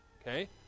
okay